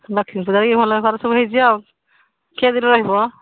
ଲଷ୍ମୀପୂଜାରେ କି ଭଲ ବେପାର ସବୁ ହେଇଛି ଆଉ କେଦିନ ରହିବ